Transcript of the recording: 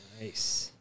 nice